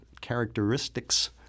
characteristics